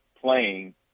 playing –